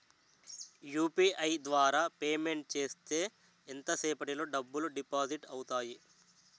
UPI ద్వారా payment చేస్తే ఎంత సేపటిలో డబ్బులు డిపాజిట్ అవుతాయి?